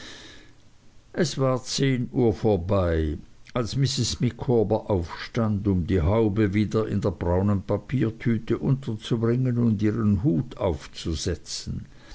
es war zehn uhr vorbei als mrs micawber aufstand um die haube wieder in der braunen papiertüte unterzubringen und ihren hut aufzusetzen